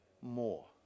more